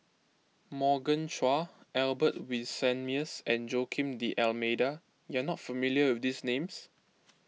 Morgan Chua Albert Winsemius and Joaquim D'Almeida you are not familiar with these names